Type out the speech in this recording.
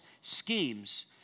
schemes